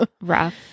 rough